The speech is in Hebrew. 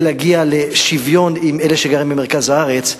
להגיע לשוויון עם אלה שגרים במרכז הארץ.